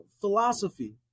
philosophy